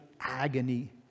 agony